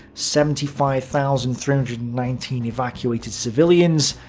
seventy five thousand three hundred and nineteen evacuated civilians,